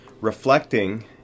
reflecting